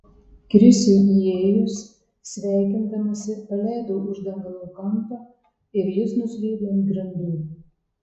krisiui įėjus sveikindamasi paleido uždangalo kampą ir jis nuslydo ant grindų